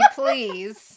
please